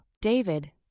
David